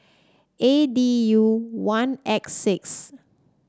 A D U one X six